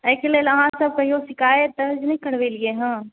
एहिके लेल अहाँसभ कहियो शिकायत दर्ज नहि करबेलियै हँ